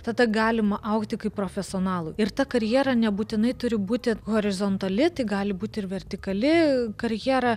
tada galima augti kaip profesionalui ir ta karjera nebūtinai turi būti horizontali tai gali būti ir vertikali karjera